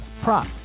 prop